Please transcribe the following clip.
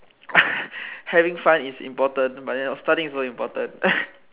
having fun is important but then also studying is important